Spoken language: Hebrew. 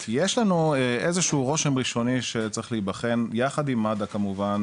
כי יש לנו איזה שהוא רושם ראשוני שצריך להיבחן יחד עם מד"א כמובן,